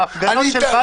בהפגנות של בלפור.